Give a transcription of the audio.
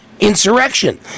Insurrection